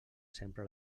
sempre